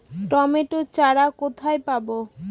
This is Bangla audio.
টমেটো চারা কোথায় পাবো?